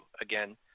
Again